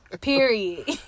Period